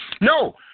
No